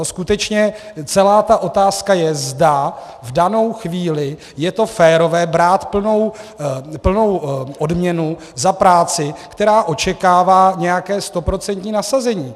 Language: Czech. Skutečně celá ta otázka je, zda v danou chvíli je to férové brát plnou odměnu za práci, která očekává nějaké stoprocentní nasazení.